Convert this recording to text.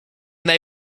they